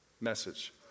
message